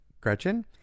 Gretchen